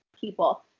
people